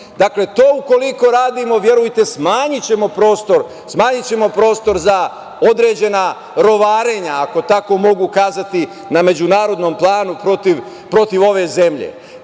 većinski. To ukoliko radimo, verujte, smanjićemo prostor za određena rovarenja, ako tako mogu kazati, na međunarodnom planu protiv ove zemlje.